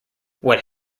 what